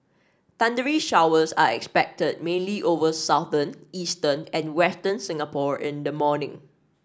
thundery showers are expected mainly over southern eastern and western Singapore in the morning